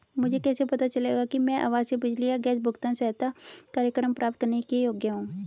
मुझे कैसे पता चलेगा कि मैं आवासीय बिजली या गैस भुगतान सहायता कार्यक्रम प्राप्त करने के योग्य हूँ?